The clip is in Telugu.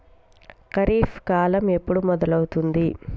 ఖరీఫ్ కాలం ఎప్పుడు మొదలవుతుంది?